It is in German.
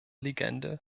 legende